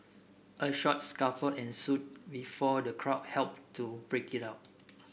a short scuffle ensued before the crowd helped to break it up